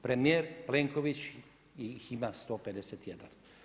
Premijer Plenković ih ima 151.